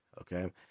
okay